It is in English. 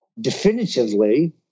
definitively